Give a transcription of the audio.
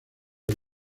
del